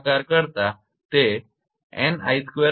તેથી તે 𝑛𝑖2𝑅𝑎𝑐 Wattmt છે